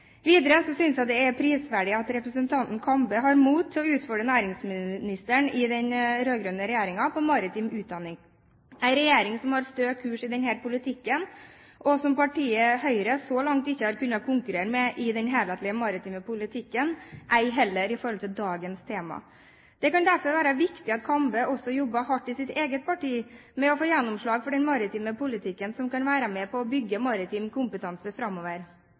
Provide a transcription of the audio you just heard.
på maritim utdanning – en regjering som har stø kurs i denne politikken, og som partiet Høyre så langt ikke har kunnet konkurrere med i den helhetlige maritime politikken, ei heller i forhold til dagens tema. Det kan derfor være viktig at Kambe også jobber hardt i sitt eget parti med å få gjennomslag for den maritime politikken som kan være med på å bygge maritim kompetanse framover.